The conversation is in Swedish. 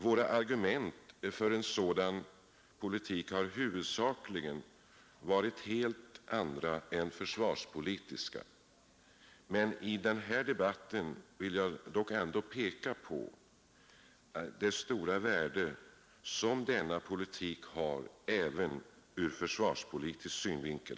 Våra argument för en sådan politik har huvudsakligen varit helt andra än försvarspolitiska, men i den här debatten vill jag ändå peka på det stora värde som denna politik har även ur försvarspolitisk synvinkel.